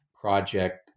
project